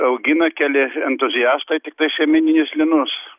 augina keli entuziastai tiktai sėmeninius linus